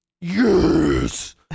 Yes